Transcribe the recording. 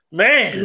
man